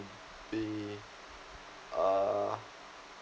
be uh